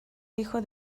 hijo